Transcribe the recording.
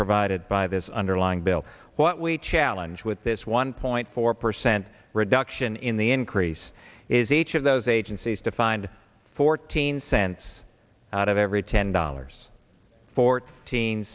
provided by this underlying bill what we challenge with this one point four percent reduction in the increase is each of those agencies to find fourteen cents out of every ten dollars fourteen